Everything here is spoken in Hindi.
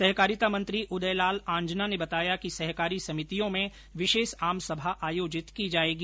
सहकारिता मंत्री उदयलाल आंजना ने बताया कि सहकारी समितियों में विशेष आम सभा आयोजित की जाएगी